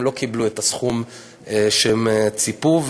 הם לא קיבלו את הסכום שהם ציפו לו,